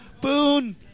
Boone